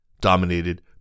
dominated